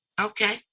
Okay